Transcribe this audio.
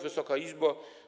Wysoka Izbo!